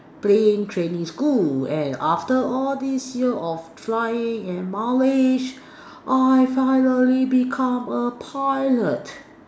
plane training school and after all these years of flying and mileage I finally become a pilot